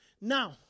Now